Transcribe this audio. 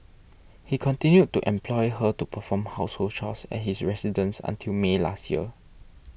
he continued to employ her to perform household chores at his residence until May last year